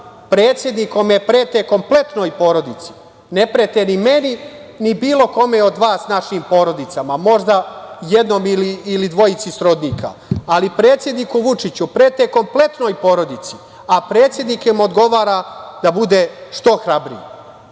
predsednik kome prete kompletnoj porodici, ne prete ni meni, ni bilo kome od vas našim porodicama, možda jednom ili dvojici srodnika, ali predsedniku Vučiću prete kompletnoj porodici, a predsednik im odgovara da bude što hrabriji